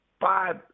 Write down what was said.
five